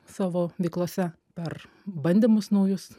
savo veiklose per bandymus naujus